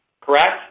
Correct